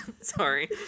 Sorry